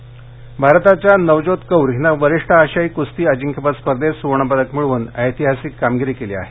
कुस्ती भारताच्या नवजोत कौर हिनं वरीष्ठ आशियाई कुस्ती अजिंक्यपद स्पर्धेत सुवर्णपदक मिळवून ऐतिहासिक कामगिरी केली आहे